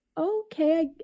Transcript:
okay